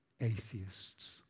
atheists